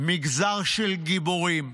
מגזר של גיבורים,